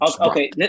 Okay